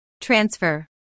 Transfer